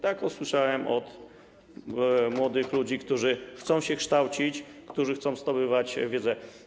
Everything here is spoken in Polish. Tak usłyszałem od młodych ludzi, którzy chcą się kształcić, którzy chcą zdobywać wiedzę.